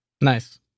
Nice